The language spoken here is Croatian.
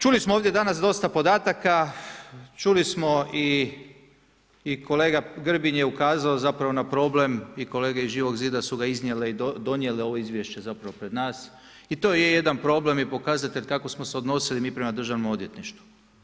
Čuli smo ovdje danas dosta podataka, čuli smo i kolega Grbin je ukazao zapravo na problem i kolege iz Živog zida su ga iznijele i donijele ovo izvješće zapravo pred nas i to je jedan problem i pokazatelj kako smo se odnosili mi prema državnom odvjetništvu.